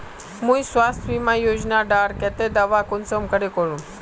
मुई स्वास्थ्य बीमा योजना डार केते दावा कुंसम करे करूम?